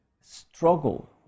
struggle